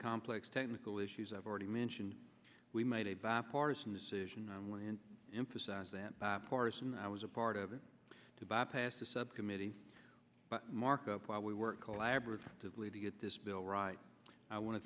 complex technical issues i've already mentioned we made a bipartisan decision on when emphasize that bipartisan i was a part of it to bypass the subcommittee markup while we work collaboratively to get this bill right i want to